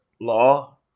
law